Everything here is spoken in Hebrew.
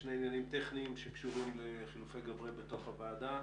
שני עניינים טכניים שקשורים לחילופי גברי בתוך הוועדה,